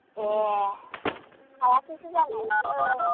ए हायाखैसो जानाय नोङो